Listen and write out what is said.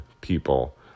people